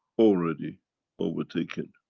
already overtaken.